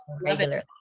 regularly